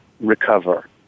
recover